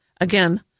again